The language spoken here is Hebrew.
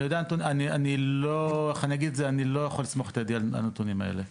אני לא יכול לסמוך את ידי על הנתונים האלה,